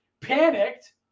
panicked